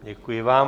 Děkuji vám.